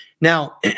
Now